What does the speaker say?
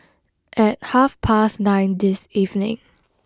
at half past nine this evening